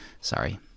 sorry